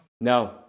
No